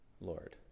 Lord